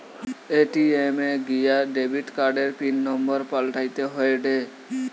ATM এ গিয়া debit কার্ডের পিন নম্বর পাল্টাতে হয়েটে